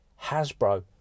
Hasbro